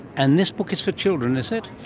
and this book is for children, is it?